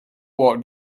what